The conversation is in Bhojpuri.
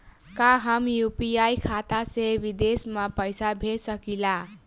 का हम यू.पी.आई खाता से विदेश म पईसा भेज सकिला?